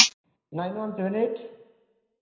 nine one seven eight